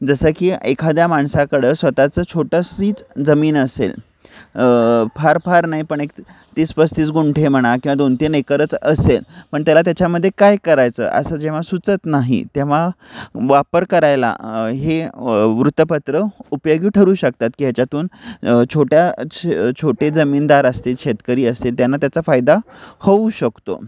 जसं की एखाद्या माणसाकडं स्वतःचं छोटीशीच जमीन असेल फार फार नाही पण एक तीस पस्तीस गुंठे म्हणा किंवा दोन तीन एकरच असेल पण त्याला त्याच्यामध्ये काय करायचं असं जेव्हा सुचत नाही तेव्हा वापर करायला हे वृत्तपत्र उपयोगी ठरू शकतात की ह्याच्यातून छोट्या छ छोटे जमीनदार असतील शेतकरी असते त्यांना त्याचा फायदा होऊ शकतो